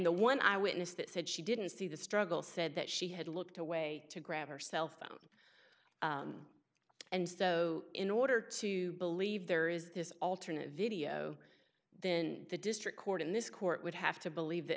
the one eyewitness that said she didn't see the struggle said that she had looked away to grab her cell phone and so in order to believe there is this alternate video then the district court in this court would have to believe that